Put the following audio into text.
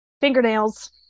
fingernails